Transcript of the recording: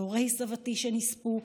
להורי סבתי שנספו,